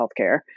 healthcare